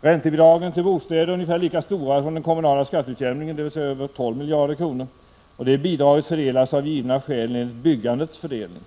Räntebidragen till bostäder är ungefär lika stora som den kommunala skatteutjämningen, dvs. över 12 miljarder kronor. Det bidraget fördelas av givna skäl enligt byggandets fördelning.